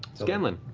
scanlan.